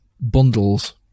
Bundles